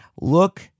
Look